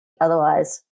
Otherwise